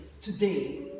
today